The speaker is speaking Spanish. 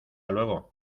luego